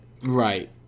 Right